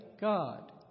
God